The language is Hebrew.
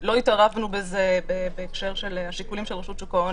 לא התערבנו בזה בהקשר של השיקולים של רשות שוק ההון,